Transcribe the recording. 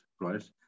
right